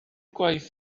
gwaith